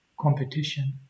competition